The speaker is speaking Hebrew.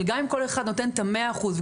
אבל גם אם כל אחד נותן את המאה אחוז,